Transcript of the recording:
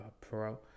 pro